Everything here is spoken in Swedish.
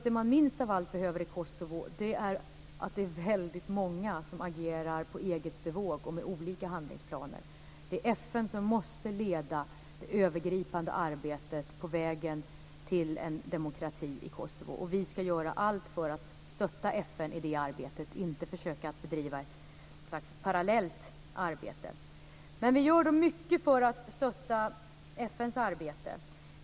Det man minst av allt behöver i Kosovo är att det är väldigt många som agerar på eget bevåg och med olika handlingsplaner. Det är FN som måste leda det övergripande arbetet på vägen till en demokrati i Kosovo. Vi ska göra allt för att stötta FN i det arbetet, inte att försöka bedriva något slags parallellt arbete. Vi gör mycket för att stötta FN:s arbete.